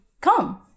come